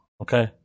Okay